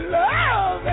love